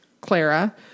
Clara